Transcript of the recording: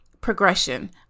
progression